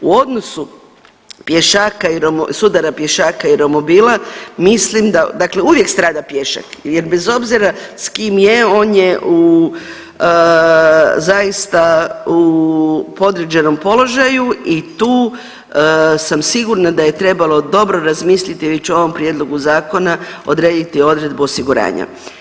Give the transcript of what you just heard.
U odnosu pješaka sudara pješaka i romobila mislim dakle uvijek strada pješak jer bez obzira s kim je on je u zaista u podređenom položaju i tu sam sigurna da je trebalo dobro razmisliti već u ovom prijedlogu zakona odrediti odredbu osiguranja.